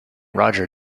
roger